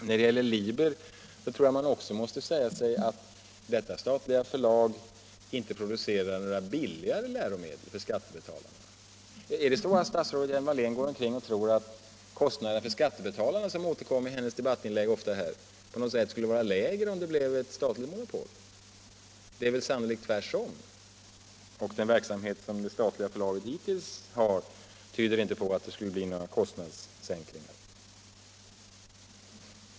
När det gäller Liber tror jag dessutom man måste säga sig att detta statliga förlag inte producerar några billigare läromedel för skattebetalarna. Är det så att statsrådet Hjelm-Wallén går omkring i tron att kostnaderna för skattebetalarna — något som ofta återkommer i hennes debattinlägg här — på något sätt skulle bli lägre, om det blev ett statligt monopol? Det är sannolikt tvärtom, och den verksamhet som det statliga förlaget Liber hittills har bedrivit tyder inte på att det skulle bli några kostnadssänkningar.